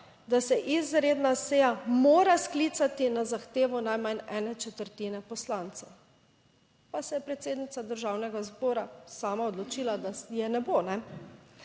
da se izredna seja mora sklicati na zahtevo najmanj ene četrtine poslancev, pa se je predsednica Državnega zbora sama odločila, da je ne bo. In